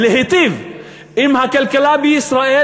להיטיב עם הכלכלה בישראל,